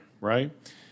right